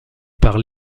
par